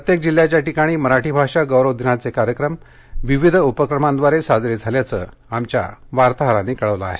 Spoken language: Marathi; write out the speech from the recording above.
प्रत्येक जिल्ह्याच्या ठिकाणी मराठी भाषा गौरव दिनाघे कार्यक्रम विविध उपक्रमांद्वारे साजरे झाल्याचं आमच्या ठिकठिकाणच्या वार्ताहरांनी कळवलं आहे